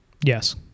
Yes